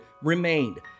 remained